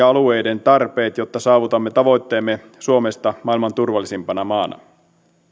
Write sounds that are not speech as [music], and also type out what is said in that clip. [unintelligible] alueiden tarpeet jotta saavutamme tavoitteemme suomesta maailman turvallisimpana maana